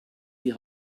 die